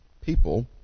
people